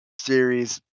series